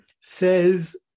says